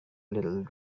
little